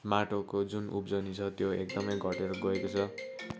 माटोको जुन उब्जनी छ त्यो एकदमै घटेर गएको छ